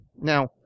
now